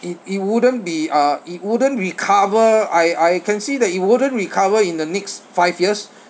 it it wouldn't be uh it wouldn't recover I I can see that it wouldn't recover in the next five years